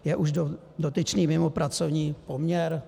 Je už dotyčný mimo pracovní poměr?